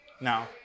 Now